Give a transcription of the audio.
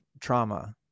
trauma